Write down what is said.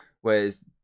Whereas